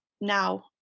now